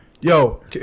Yo